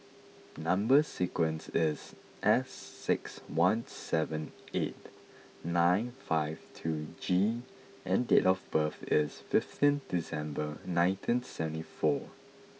number sequence is S six one seven eight nine five two G and date of birth is fifteen December nineteen seventy four